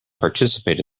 participate